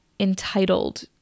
entitled